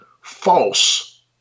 false